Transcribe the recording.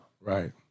Right